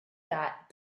that